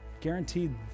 guaranteed